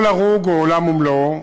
כל הרוג הוא עולם ומלואו,